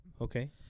Okay